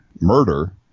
murder